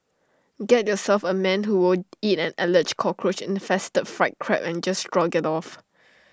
get yourself A man who will eat an Alleged Cockroach infested fried Crab and just shrug IT off